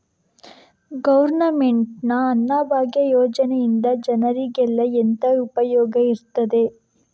Government ನ ಅನ್ನಭಾಗ್ಯ ಯೋಜನೆಯಿಂದ ಜನರಿಗೆಲ್ಲ ಎಂತ ಉಪಯೋಗ ಇರ್ತದೆ?